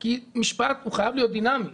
כי משפט חייב להיות דינאמי.